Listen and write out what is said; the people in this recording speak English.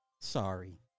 Sorry